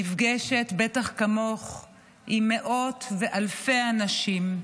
נפגשת עם מאות ואלפי אנשים,